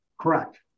Correct